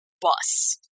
Bus